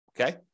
Okay